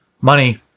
money